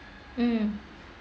mm